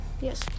Yes